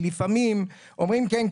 כי לפעמים אומרים "כן,